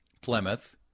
Plymouth